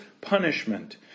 punishment